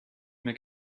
mehr